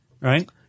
right